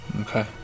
Okay